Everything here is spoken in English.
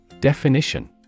Definition